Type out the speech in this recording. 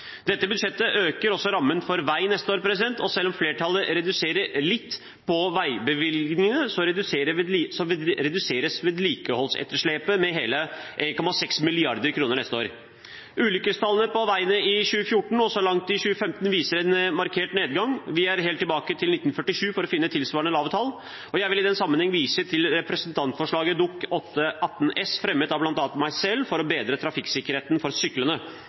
Dette budsjettet øker også rammen for vei neste år, og selv om flertallet reduserer litt på veibevilgningene, reduseres vedlikeholdsetterslepet med hele 1,6 mrd. kr neste år. Ulykkestallene på veiene i 2014 og så langt i 2015 viser en markert nedgang. Vi er helt tilbake til 1947 for å finne tilsvarende lave tall. Jeg vil i den sammenheng vise til representantforslaget Dokument 8:18 S for 2015–2016, framsatt av bl.a. meg selv for å bedre trafikksikkerheten for